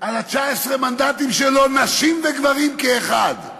על 19 המנדטים שלו, נשים וגברים כאחד.